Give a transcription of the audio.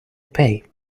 pay